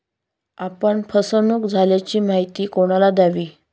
आपण फसवणुक झाल्याची माहिती कोणाला द्यावी?